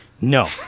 No